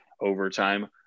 overtime